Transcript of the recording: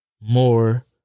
more